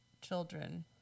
children